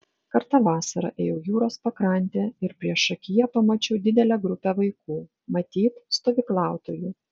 kartą vasarą ėjau jūros pakrante ir priešakyje pamačiau didelę grupę vaikų matyt stovyklautojų